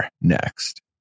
next